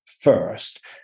first